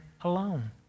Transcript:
alone